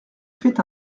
fait